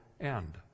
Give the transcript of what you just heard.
end